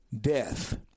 death